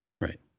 Right